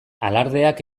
alardeak